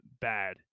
bad